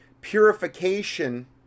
Purification